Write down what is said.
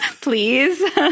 please